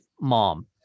mom